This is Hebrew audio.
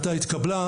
ההחלטה התקבלה.